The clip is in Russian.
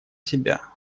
себя